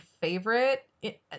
favorite